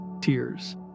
tears